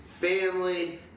Family